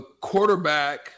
quarterback